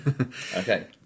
Okay